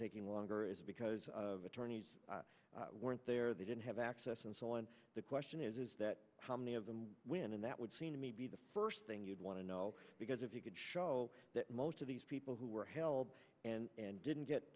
taking longer is because of attorneys weren't there they didn't have access and so on the question is is that how many of them when and that would seem to me to be the first thing you'd want to know because if you could show that most of these people who were held and and didn't get